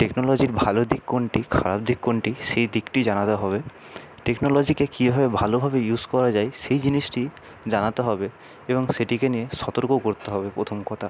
টেকনোলজির ভালো দিক কোনটি খারাপ দিক কোনটি সেই দিকটি জানাতে হবে টেকনোলজিকে কীভাবে ভালোভাবে ইউস করা যায় সেই জিনিসটি জানাতে হবে এবং সেটিকে নিয়ে সতর্কও করতে হবে প্রথম কথা